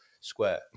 square